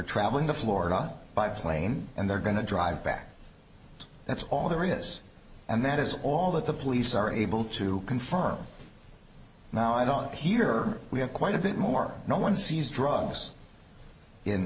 traveling to florida by plane and they're going to drive back that's all there is and that is all that the police are able to confirm now i don't hear we have quite a bit more no one sees drugs in